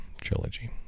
trilogy